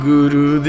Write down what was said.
Guru